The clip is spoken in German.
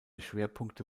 schwerpunkte